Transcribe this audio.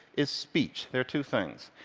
is speech. they are two things.